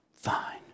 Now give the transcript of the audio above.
Fine